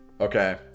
Okay